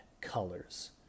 colors